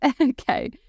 Okay